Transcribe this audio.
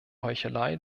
heuchelei